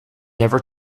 never